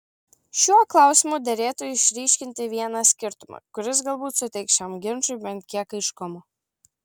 šiuo klausimu derėtų išryškinti vieną skirtumą kuris galbūt suteiks šiam ginčui bent kiek aiškumo